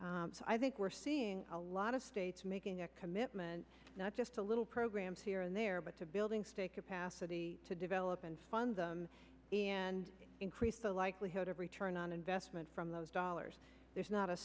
so i think we're seeing a lot of states making a commitment not just a little programs here and there but to building stay capacity to develop and fund them and increase the likelihood of return on investment from those dollars there's not a